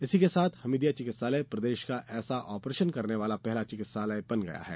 इसी के साथ हमीदिया चिकित्सालय प्रदेश का ऐसा ऑपरेशन करने वाला पहला चिकित्सालय बन गया है